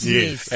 Yes